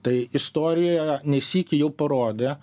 tai istorija ne sykį jau parodė